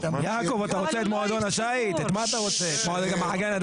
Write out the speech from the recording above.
יעקב, אתה רוצה את מועדון השייט?